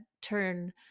turn